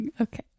okay